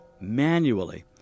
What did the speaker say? manually